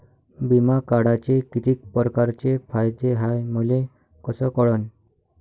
बिमा काढाचे कितीक परकारचे फायदे हाय मले कस कळन?